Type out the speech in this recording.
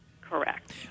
Correct